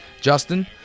Justin